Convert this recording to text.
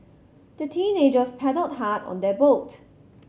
the teenagers paddled hard on their boat